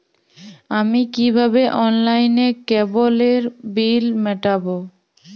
আমি কিভাবে অনলাইনে কেবলের বিল মেটাবো?